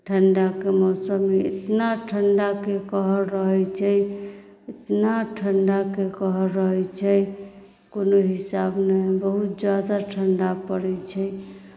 ठण्डाके मौसममे इतना ठण्डाके कहर रहैत छै इतना ठण्डाके कहर रहैत छै कोनो हिसाब नहि बहुत ज्यादा ठण्डा पड़ैत छै